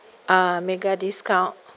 uh mega discount